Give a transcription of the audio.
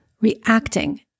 reacting